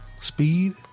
speed